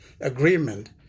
Agreement